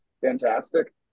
fantastic